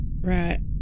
right